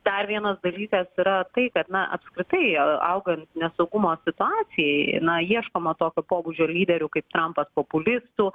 dar vienas dalykas yra tai kad na apskritai augant nesaugumo situacijai na ieškoma tokio pobūdžio lyderių kaip trampas populistų